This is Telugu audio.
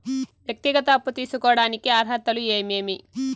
వ్యక్తిగత అప్పు తీసుకోడానికి అర్హతలు ఏమేమి